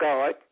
God